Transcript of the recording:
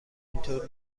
اینطور